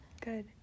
Good